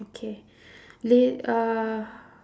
okay la~ uh